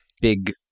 big